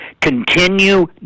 continue